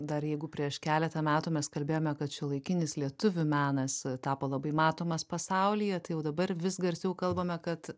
dar jeigu prieš keletą metų mes kalbėjome kad šiuolaikinis lietuvių menas tapo labai matomas pasaulyje tai jau dabar vis garsiau kalbame kad